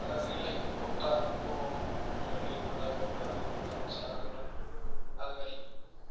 அதுதான் green light போட்டால் போகணும் ரெட் லைட் போட்டால் போக்கூடாது அந்த ரூல்ஸ் எல்லாம் இருக்கும்ல அது மாதிரி